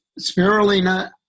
spirulina